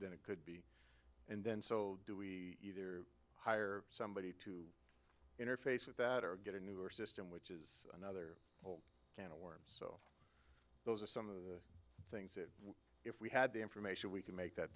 that it could be and then so do we either hire somebody to interface with that or get a new or system which is another whole can of worms those are some of the things that if we had the information we could make that